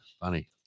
Funny